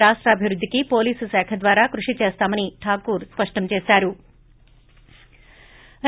రాష్టాభివృద్దికి వోలీసు శాఖ ద్వారా కృషి చేస్తామని ఠాకూర్ స్పష్టం చేశారు